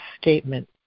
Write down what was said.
statement